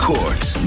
Courts